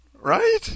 right